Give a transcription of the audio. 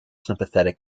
sympathetic